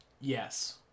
Yes